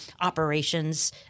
operations